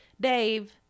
Dave